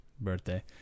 birthday